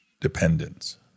dependence